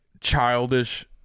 childish